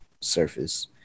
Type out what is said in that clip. surface